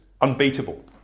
unbeatable